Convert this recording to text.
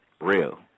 real